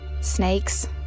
Snakes